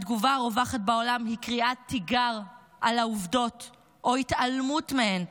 התגובה הרווחת בעולם היא קריאת תיגר על העובדות או התעלמות מהן,